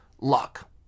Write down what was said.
luck